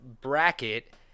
bracket